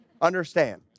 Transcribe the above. Understand